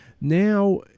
Now